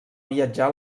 viatjar